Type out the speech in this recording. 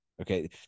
okay